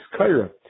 kaira